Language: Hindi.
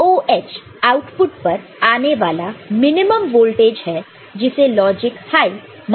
VOH आउटपुट पर आने वाला मिनिमम वोल्टेज है जिसे लॉजिक हाई माना जाता है